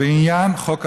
בעניין חוק הלאום.